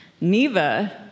Neva